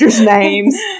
names